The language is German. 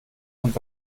und